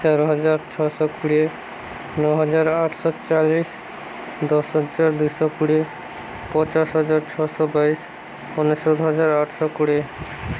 ଚାରି ହଜାର ଛଅ ଶହ କୋଡ଼ିଏ ନଅ ହଜାର ଆଠ ଶହ ଚାଲିଶି ଦଶ ହଜାର ଦୁଇ ଶହ କୋଡ଼ିଏ ପଚାଶ ହଜାର ଛଅ ଶହ ବାଇଶି ଅନେଶତ ହଜାର ଆଠ ଶହ କୋଡ଼ିଏ